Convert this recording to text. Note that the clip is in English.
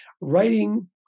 writing